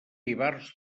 ivars